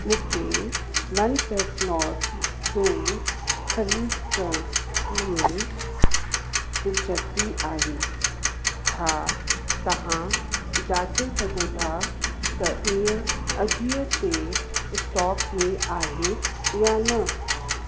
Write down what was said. मुखे OnePlus Nord दो ख़रीद करण में दिलचस्पी आहे छा तव्हां जाचे सघो था त इहा अजियो ते स्टॉक में आहे या न